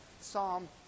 Psalm